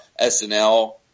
SNL